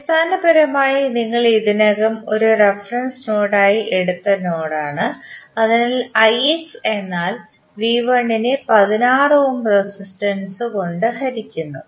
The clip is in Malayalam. അടിസ്ഥാനപരമായി നിങ്ങൾ ഇതിനകം ഒരു റഫറൻസ് നോഡായി എടുത്ത നോഡാണ് അതിനാൽ നെ 16 ഓം റെസിസ്റ്റൻസ് V116 കൊണ്ട് ഹരിക്കുന്നു